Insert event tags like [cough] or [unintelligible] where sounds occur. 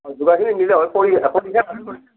অঁ যোগাৰখিনি নিজে হয় [unintelligible]